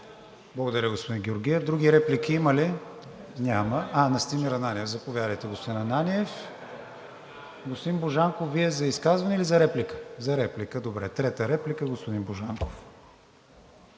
Благодаря, господин Георгиев. Други реплики има ли? Настимир Ананиев. Заповядайте, господин Ананиев. Господин Божанков, Вие за изказване или за реплика? За реплика. Добре – трета реплика, господин Божанков.